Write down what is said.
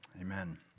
Amen